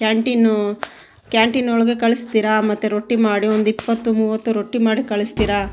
canteen canteen ಒಳಗೆ ಕಳಿಸ್ತೀರಾ ಮತ್ತೆ ರೊಟ್ಟಿ ಮಾಡಿ ಒಂದು ಇಪ್ಪತ್ತು ಮೂವತ್ತು ರೊಟ್ಟಿ ಮಾಡಿ ಕಳಿಸ್ತೀರಾ